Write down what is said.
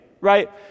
right